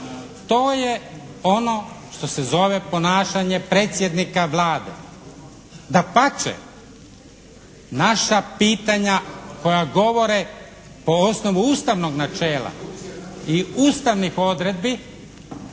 To je ono što se zove ponašanje predsjednika Vlade. Dapače, naša pitanja koja govore o osnovu ustavnog načela i ustavnih odredbi